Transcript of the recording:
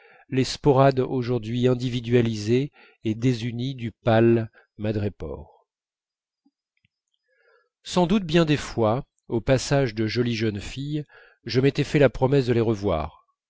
les sporades aujourd'hui individualisées et désunies du pâle madrépore sans doute bien des fois au passage de jolies jeunes filles je m'étais fait la promesse de les revoir